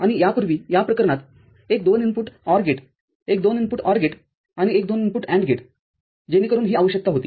आणि यापूर्वी या प्रकरणातएक दोन इनपुट OR गेटएक दोन इनपुट OR गेटआणि एक दोन इनपुट AND गेटजेणेकरून ही आवश्यकता होती